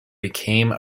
became